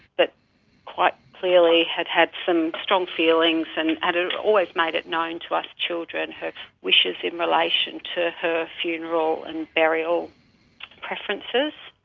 but quite clearly had had some strong feelings and had always made it known to us children her wishes in relation to her funeral and burial preferences.